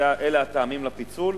אלה הטעמים לפיצול,